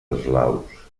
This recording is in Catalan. eslaus